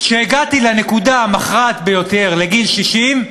כשהגעתי לנקודה המכרעת ביותר, לגיל 60,